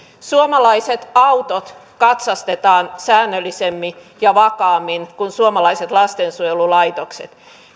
suomalaiset autot katsastetaan säännöllisemmin ja vakaammin kuin suomalaiset lastensuojelulaitokset